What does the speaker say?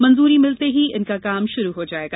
मंजूरी मिलते ही इनका काम शुरू हो जाएगा